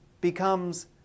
becomes